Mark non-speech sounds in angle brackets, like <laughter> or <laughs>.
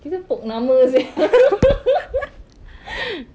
kita poke nama sia <laughs> <noise>